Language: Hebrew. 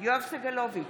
יואב סגלוביץ'